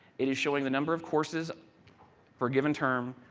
it is showing the number of courses for given term,